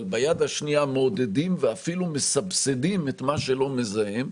ביד השנייה מעודדים ואפילו מסבסדים את מה שלא מזהם,